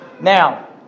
Now